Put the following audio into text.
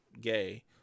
gay